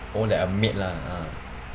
oh like a maid lah ah